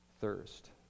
thirst